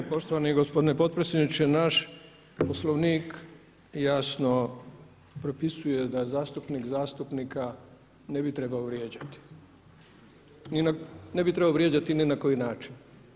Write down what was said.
Poštovani gospodine potpredsjedniče, naš Poslovnik jasno propisuje da zastupnik zastupnika ne bi trebao vrijeđati, ne bi trebalo vrijeđati ni na koji način.